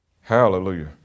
Hallelujah